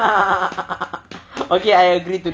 okay I agree to that